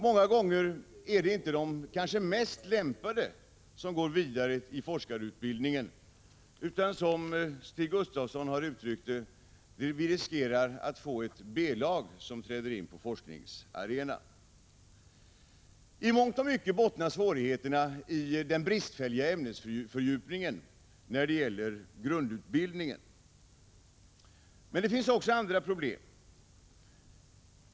Många gånger är det inte de mest lämpade som går vidare i forskarutbildningen, utan, som Stig Gustafsson uttryckt det, vi riskerar att få ett B-lag som träder in på forskningsarenan. I mångt och mycket bottnar svårigheterna i den bristfälliga ämnesfördjupningen i grundutbildningen. Men det finns också andra problem.